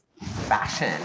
fashion